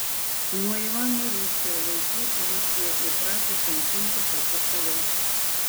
nuo ivano rūsčiojo laikų rusija įprato kankinti pati save